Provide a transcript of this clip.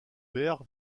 père